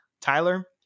Tyler